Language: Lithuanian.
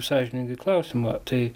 sąžiningai klausimą tai